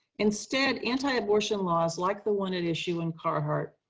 instead, anti-abortion laws, like the one at issue in carhart,